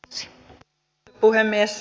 arvoisa puhemies